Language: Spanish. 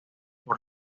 por